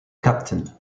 captain